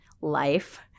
life